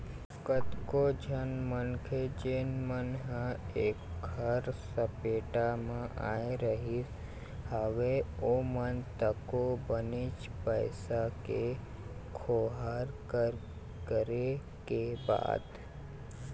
कतको झन मनखे जेन मन ह ऐखर सपेटा म आय रिहिस हवय ओमन तको बनेच पइसा के खोहार करे के बाद